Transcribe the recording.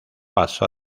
pasó